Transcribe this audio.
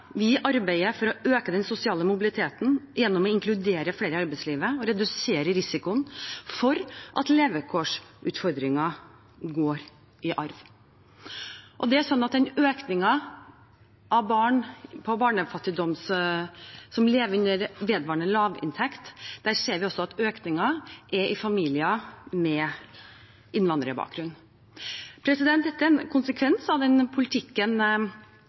Vi arbeider for å øke den sosiale mobiliteten gjennom å inkludere flere i arbeidslivet og redusere risikoen for at levekårsutfordringer går i arv. Økningen av barn som lever under vedvarende lavinntekt, ser vi at skjer i familier med innvandrerbakgrunn. Dette er en konsekvens av den politikken